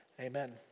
Amen